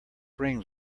rings